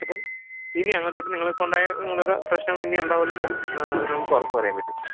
അപ്പം ഇനി അങ്ങ് തൊട്ട് നിങ്ങൾ ഇപ്പം ഉണ്ടായ നിങ്ങളുടെ പ്രശ്നങ്ങൽ ഇനി ഉണ്ടാവില്ലെന്ന് നമുക്ക് ഉറപ്പ് പറയാൻ പറ്റും